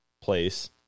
place